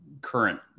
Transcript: current